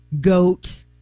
goat